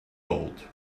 gold